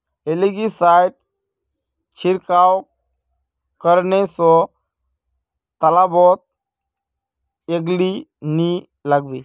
algae side छिड़काव करने स तालाबत एलगी नी लागबे